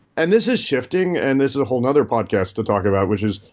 and this is shifting, and this is a whole another podcast to talk about which is,